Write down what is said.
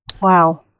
Wow